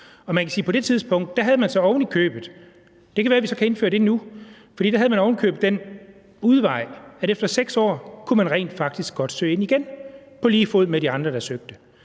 så være, vi kan indføre det nu – den udvej, at efter 6 år kunne man rent faktisk godt søge ind igen på lige fod med de andre, der søgte.